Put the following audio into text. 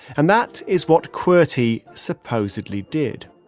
and that is what qwerty supposedly did.